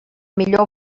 millor